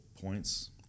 points